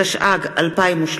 התשע"ג 2013,